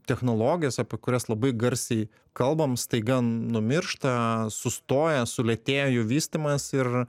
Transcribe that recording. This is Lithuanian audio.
technologijos apie kurias labai garsiai kalbam staiga numiršta sustoja sulėtėja jų vystymas ir